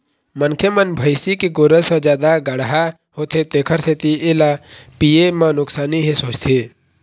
मनखे मन भइसी के गोरस ह जादा गाड़हा होथे तेखर सेती एला पीए म नुकसानी हे सोचथे